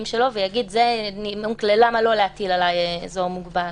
שלו ויגיד: זה נימוק למה לא להטיל עליי אזור מוגבל.